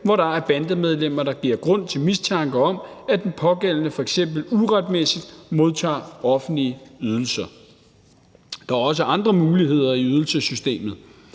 hvor der er bandemedlemmer, der giver grund til mistanke om, at den pågældende f.eks. uretmæssigt modtager offentlige ydelser. Kl. 13:21 Der er også andre muligheder i ydelsessystemet.